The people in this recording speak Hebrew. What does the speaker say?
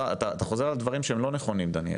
אתה חוזר על דברים שהם לא נכונים, דניאל.